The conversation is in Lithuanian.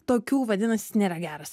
tokių vadinasi nėra geras